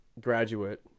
graduate